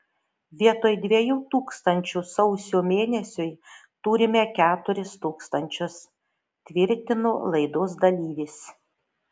vietoj dviejų tūkstančių sausio mėnesiui turime keturis tūkstančius tvirtino laidos dalyvis